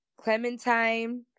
Clementine